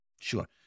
Sure